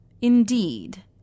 indeed